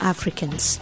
Africans